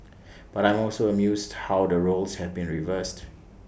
but I am also amused how the roles have been reversed